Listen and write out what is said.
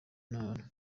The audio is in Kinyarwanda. ntara